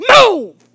Move